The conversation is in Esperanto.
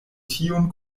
tiun